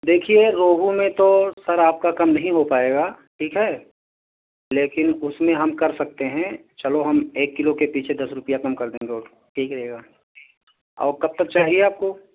دیکھیے روہو میں تو سر آپ کا کم نہیں ہو پائے گا ٹھیک ہے لیکن اس میں ہم کر سکتے ہیں چلو ہم ایک کلو کے پیچھے دس روپیہ کم کر دیں گے اس کو ٹھیک رہے گا اور کب تک چاہیے آپ کو